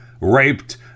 Raped